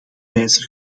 wijzer